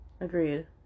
agreed